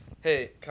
Hey